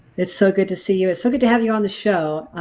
it's so good to see you, it's so good to have you on the show.